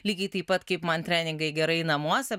lygiai taip pat kaip man treningai gerai namuose